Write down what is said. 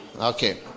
Okay